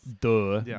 duh